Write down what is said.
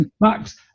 Max